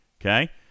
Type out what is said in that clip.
okay